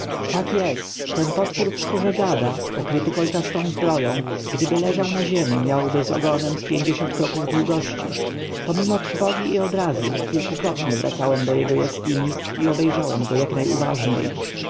tak jest ten potwór w skórze gada okryty kolczastą zbroją gdyby leżał na ziemi miałby wraz z ogonem z pięćdziesiąt kroków długości pomimo trwogi i odrazy kilkakrotnie wracałem do jego jaskini i obejrzałem go jak najuważniej